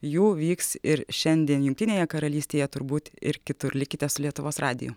jų vyks ir šiandien jungtinėje karalystėje turbūt ir kitur likite su lietuvos radiju